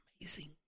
amazing